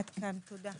עד כאן, תודה.